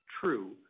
true